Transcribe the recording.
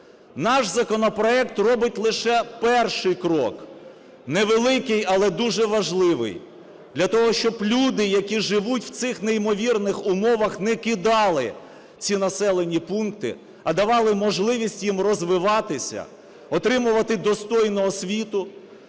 Наш законопроект робить лише перший крок, невеликий, але дуже важливий, для того, щоб люди, які живуть в цих неймовірних умовах, не кидали ці населені пункти, а давали можливість їм розвиватися, отримувати достойну освіту,